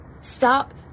Stop